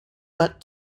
but